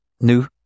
new